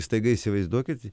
staiga įsivaizduokit